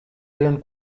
veren